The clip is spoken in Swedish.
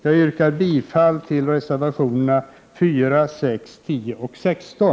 Jag yrkar bifall till reservationerna 4, 6, 10 och 16.